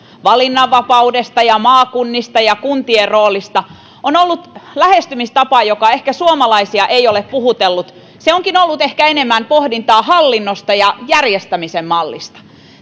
valinnanvapaudesta ja maakunnista ja kuntien roolista on ollut lähestymistapa joka ehkä suomalaisia ei ole puhutellut se onkin ollut ehkä enemmän pohdintaa hallinnosta ja järjestämisen mallista